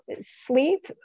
sleep